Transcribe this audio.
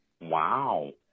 Wow